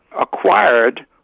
acquired